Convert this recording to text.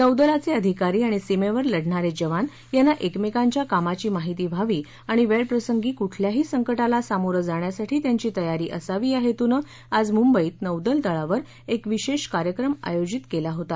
नौदलाचे अधिकारी आणि सीमेवर लढणारे जवान यांना एकमेकांच्या कामाची माहिती व्हावी आणि वेळप्रसंगी कृठल्याही संकटाला समोरं जाण्यासाठी त्यांची तयारी असावी या हेतूनं आज मुंबईत नौदल तळावर एक विशेष कार्यक्रम आयोजित केला होता